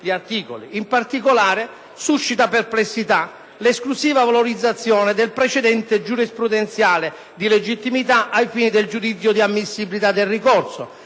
In particolare, poi, suscita perplessita l’esclusiva valorizzazione del precedente giurisprudenziale di legittimitaai fini del giudizio di ammissibilita del ricorso,